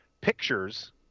pictures